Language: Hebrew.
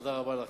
תודה רבה לכם.